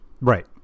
right